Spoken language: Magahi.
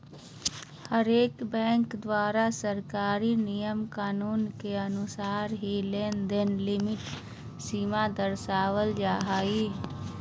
हरेक बैंक द्वारा सरकारी नियम कानून के अनुसार ही लेनदेन लिमिट सीमा दरसावल जा हय